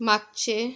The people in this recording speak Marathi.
मागचे